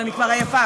אבל אני כבר עייפה.